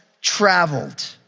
traveled